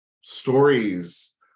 stories